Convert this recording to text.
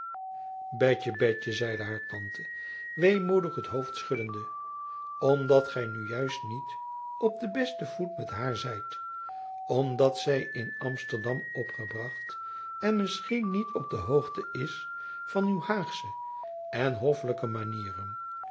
betjen betjen zeide haar tante weemoedig het hoofd schuddende omdat gy nu juist niet op den besten voet met haar zijt omdat zy in amsterdam opgebracht en misschien niet op de hoogte is van uw haagsche en hoffelijke manieren